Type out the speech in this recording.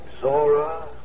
Zora